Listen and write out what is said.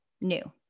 new